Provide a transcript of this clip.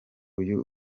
uyu